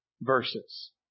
verses